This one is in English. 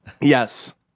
Yes